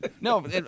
No